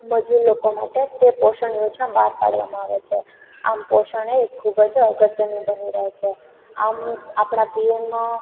મજુર લોકો માટે તે પોષણ યોજના બહાર પાડવામાં આવે છે આમ પોષણ એ ખૂબજ અગત્યનું બની રહે છે આમ આપણા પીએમ